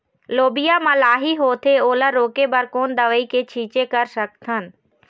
लोबिया मा लाही होथे ओला रोके बर कोन दवई के छीचें कर सकथन?